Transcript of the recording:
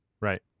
Right